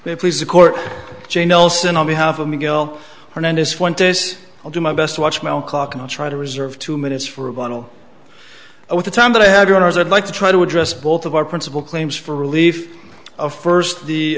they please the court jane olson on behalf of miguel hernandez fuentes i'll do my best to watch my own clock and i'll try to reserve two minutes for a bottle with the time that i had when i was i'd like to try to address both of our principal claims for relief of first the